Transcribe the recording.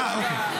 אה, אוקיי.